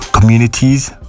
communities